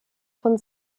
von